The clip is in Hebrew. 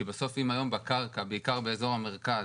כי בסוף אם היום בקרקע, בעיקר באזור המרכז,